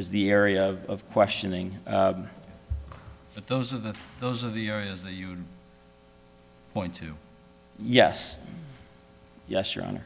is the area of questioning but those are the those are the areas that you point to yes yes your honor